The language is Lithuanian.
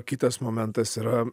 kitas momentas yra